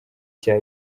cya